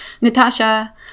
Natasha